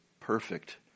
perfect